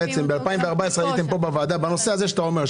בעצם ב-2014 הייתם פה בוועדה בנושא הזה שאתה אומר.